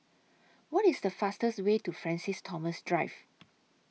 What IS The fastest Way to Francis Thomas Drive